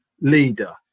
leader